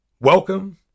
Welcome